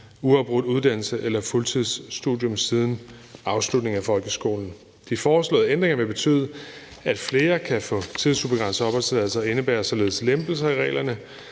uafbrudt uddannelse eller et fuldtidsstudium siden afslutningen af folkeskolen. De foreslåede ændringer vil betyde, at flere kan få tidsubegrænset opholdstilladelse, og indebærer således lempelser i reglerne.